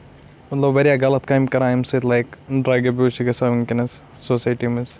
واریاہ غلط کامہِ کران امہِ سۭتۍ لایِک چھِ گژھان ؤنکیٚنس سوسایٹی منٛز